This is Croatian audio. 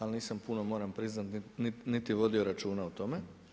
Ali nisam puno moram priznati niti vodio računa o tome.